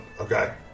Okay